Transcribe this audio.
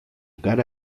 cara